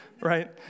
right